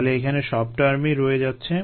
তাহলে এখানে সব টার্মই রয়ে যাচ্ছে